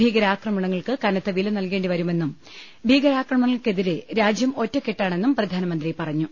ഭീകരാക്രമണ ങ്ങൾക്ക് കനത്ത പില നൽകേണ്ടിവരുമെന്നും ഭീകരാക്രമണങ്ങൾക്കെതിരെ രാജ്യം ഒറ്റക്കെട്ടാണെന്നും പ്രധാനമന്ത്രി പറഞ്ഞു